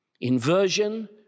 Inversion